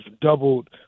doubled